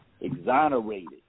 exonerated